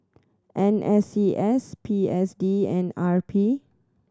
N S C S P S D and R P